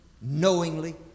knowingly